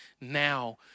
now